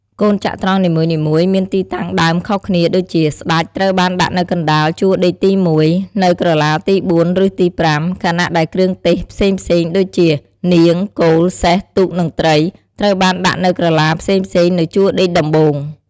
កូនចត្រង្គនីមួយៗមានទីតាំងដើមខុសគ្នា ដូចជា ស្ដេច ត្រូវបានដាក់នៅកណ្តាលជួរដេកទី១ នៅក្រឡាទី៤ ឬទី៥ ខណៈដែលគ្រឿងទេសផ្សេងៗដូចជា នាង គោល សេះ ទូក និងត្រី ត្រូវបានដាក់នៅក្រឡាផ្សេងៗនៅជួរដេកដំបូង។